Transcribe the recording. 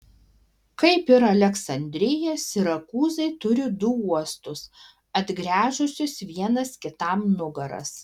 kaip ir aleksandrija sirakūzai turi du uostus atgręžusius vienas kitam nugaras